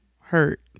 hurt